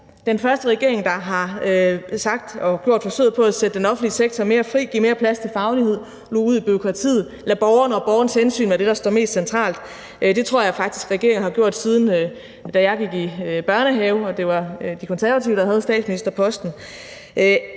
den første regering, der har sagt det og gjort forsøget på at sætte den offentlige sektor mere fri, give mere plads til faglighed, luge ud i bureaukratiet, lade borgeren og borgerens hensyn være det, der står mest centralt, for det tror jeg faktisk regeringerne har gjort, siden jeg gik i børnehave, hvor det var De Konservative, der havde statsministerposten.